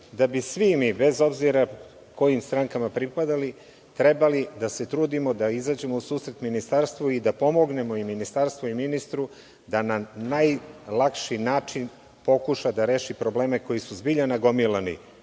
da bi svi mi, bez obzira kojim strankama pripadali, trebali da se trudimo da izađemo u susret Ministarstvu i da pomognemo i Ministarstvu i ministru da na najlakši način pokuša da reši probleme koji su zbilja nagomilani